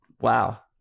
wow